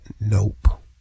Nope